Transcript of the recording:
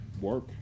work